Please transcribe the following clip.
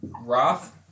Roth